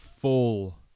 full